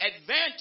advantage